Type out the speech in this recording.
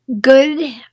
good